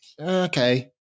okay